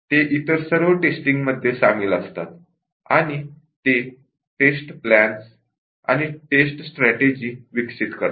ते इतर सर्व टेस्टिंगमध्ये सामील असतात आणि ते टेस्ट प्लॅन्स आणि टेस्ट स्ट्रॅटेजि विकसित करतात